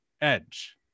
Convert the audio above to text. Edge